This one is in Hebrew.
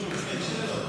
זו דעה נוספת, זו לא שאלה.